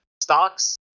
stocks